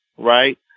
right.